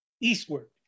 eastward